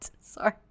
sorry